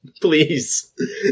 please